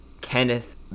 Kenneth